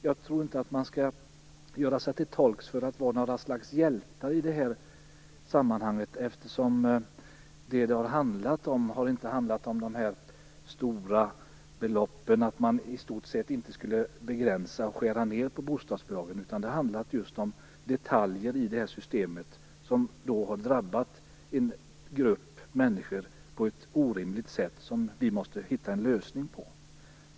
Jag tror inte att man skall utge sig för att vara något slags hjältar i det här sammanhanget, eftersom det inte har handlat om några stora belopp, att man i stort sett inte alls skulle begränsa eller skära ned i bostadsbidragen. Det har handlat just om detaljer i systemet som drabbat en grupp människor på ett orimligt sätt som vi måste hitta en lösning på.